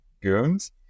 Goons